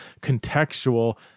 contextual